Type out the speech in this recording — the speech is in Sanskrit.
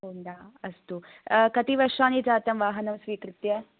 होण्डा अस्तु कति वर्षाणि जातं वाहनं स्वीकृत्य